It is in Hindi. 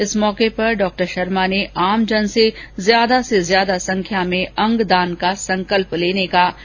इस मौके पर डॉ शर्मा ने आमजन से ज्यादा से ज्यादा संख्या में अंगदान का संकल्प लेने का आव्हान किया है